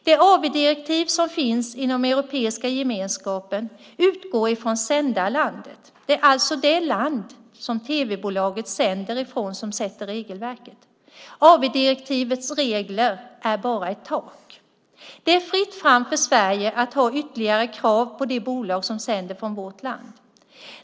Det AV-direktiv som finns inom Europeiska gemenskapen utgår från sändarlandet. Det är alltså det land som tv-bolaget sänder ifrån som sätter regelverket. AV-direktivets regler är bara ett tak. Det är fritt fram för Sverige att ha ytterligare krav på de bolag som sänder från vårt land.